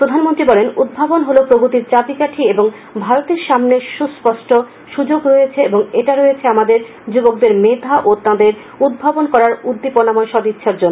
প্রধানমন্ত্রী বলেন উদ্ভাবন হল প্রগতির চাবিকাঠি এবং ভারতের সামনে সুস্পষ্ঠ সুযোগ রয়েছে এবং এটা রয়েছে আমাদের যুবকদের মেধা ও তাঁদের উদ্ভাবন করার উদ্দীপনাময় সদিচ্ছার জন্য